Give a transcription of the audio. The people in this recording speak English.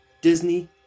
Disney